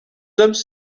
hommes